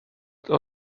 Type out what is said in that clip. bwled